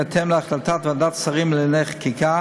ובהתאם להחלטת ועדת שרים לענייני חקיקה,